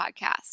podcast